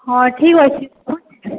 ହଁ ଠିକ୍ ଅଛେ